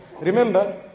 Remember